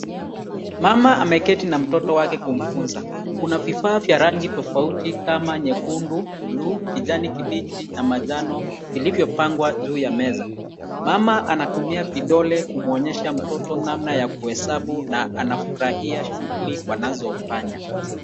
Mama ameketi na mtoto wake kumfunza. Kuna vifaa vya rangi tofauti kama nyekundu, buluu, kijani kibichi na manjano vilivyopangwa juu ya meza. Mama anatumia vidole kumwonyesha mtoto namna ya kuhesabu na anafurahia shughuli wanazofanya.